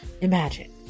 imagine